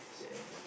okay